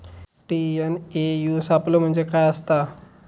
TNAU सापलो म्हणजे काय असतां?